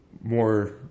more